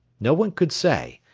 no one could say,